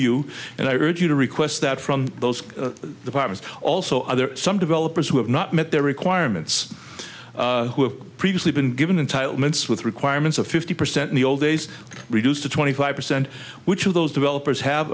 you and i urge you to request that from those partners also other some developers who have not met their requirements who have previously been given in title months with requirements of fifty percent in the old days reduced to twenty five percent which of those developers have